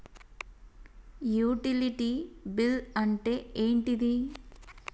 Utility bill అంటే ఏంటిది?